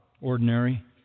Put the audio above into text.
ordinary